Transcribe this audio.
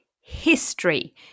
history